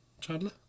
Chandler